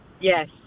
Yes